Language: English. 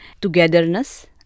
togetherness